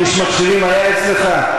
איש מחשבים היה אצלך?